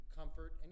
comfort